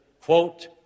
quote